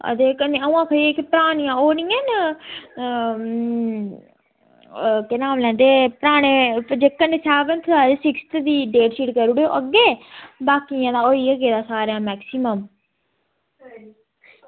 कन्नै ओह् जेह्कियां पढ़ाऽ दियां न पराने जेह्ड़े सेवन्थ दी डेटशीट करी ओड़ेओ अग्गें बाकियें दा होई गे गेदा मेक्सीमम